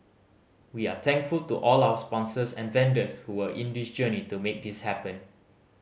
we are thankful to all our sponsors and vendors who were in this journey to make this happen